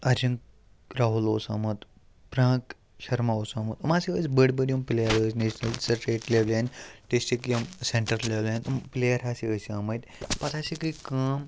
أرجُن راہُل اوس آمُت پرٛانٛک شَرما اوس آمُت یِم ہاسے ٲسۍ بٔڑۍ بٔڑۍ یِم پٕلیَر ٲسۍ نیشنَل سِٹیٹ لٮ۪ولہِ ہِنٛدۍ ڈِسٹِرٛک یِم سٮ۪نٛٹَر لٮ۪ولہِ ہِنٛدۍ یِم پٕلیَر ہاسے ٲسۍ آمٕتۍ پَتہٕ ہَسے گٔے کٲم